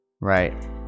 Right